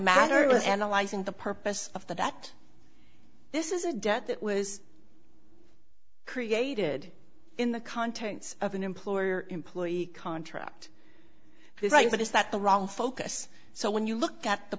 matter analyzing the purpose of that that this is a debt that was created in the contents of an employer employee contract this right but is that the wrong focus so when you look at the